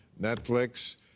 Netflix